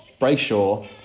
Brayshaw